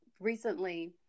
Recently